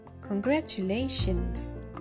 Congratulations